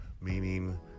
meaning